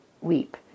weep